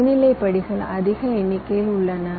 இடைநிலை படிகள் அதிக எண்ணிக்கையில் உள்ளன